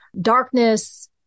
darkness